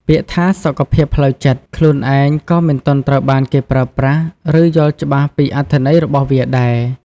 ពាក្យថា "សុខភាពផ្លូវចិត្ត" ខ្លួនឯងក៏មិនទាន់ត្រូវបានគេប្រើប្រាស់ ឬយល់ច្បាស់ពីអត្ថន័យរបស់វាដែរ។